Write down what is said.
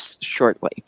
shortly